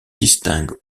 distingue